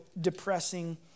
depressing